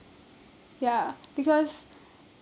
ya because